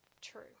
True